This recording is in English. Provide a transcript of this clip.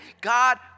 God